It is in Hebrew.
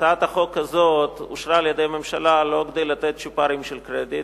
הצעת החוק הזאת אושרה על-ידי הממשלה לא כדי לתת צ'ופרים של קרדיט.